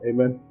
Amen